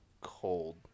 cold